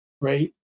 right